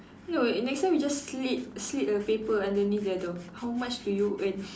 no wait next time you just slip slip a paper underneath their door how much do you earn